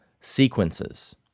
sequences